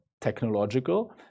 technological